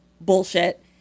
bullshit